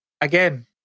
Again